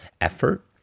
effort